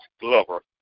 Glover